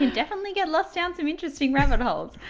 and definitely get lost down some interesting rabbit holes.